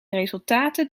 resultaten